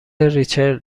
ریچل